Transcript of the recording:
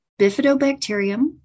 Bifidobacterium